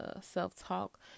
self-talk